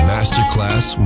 Masterclass